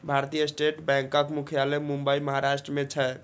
भारतीय स्टेट बैंकक मुख्यालय मुंबई, महाराष्ट्र मे छै